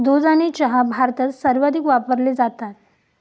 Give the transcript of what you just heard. दूध आणि चहा भारतात सर्वाधिक वापरले जातात